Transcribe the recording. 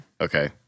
okay